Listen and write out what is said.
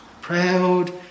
Proud